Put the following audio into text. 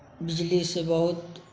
बिजली से बहुत